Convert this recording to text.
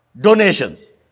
donations